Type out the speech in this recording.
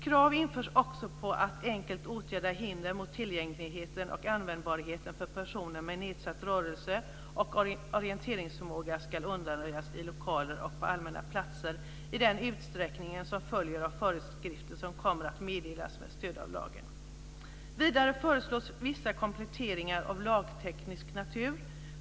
Krav införs också på att enkelt åtgärdade hinder mot tillgängligheten och användbarheten för personer med nedsatt rörelseeller orienteringsförmåga ska undanröjas i lokaler och på allmänna platser i den utsträckning som följer av föreskrifter som kommer att meddelas med stöd av lagen. Vidare föreslås vissa kompletteringar av lagteknisk natur.